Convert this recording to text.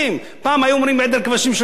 פעם היו אומרים עדר כבשים של שרון,